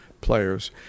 players